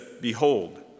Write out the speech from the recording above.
behold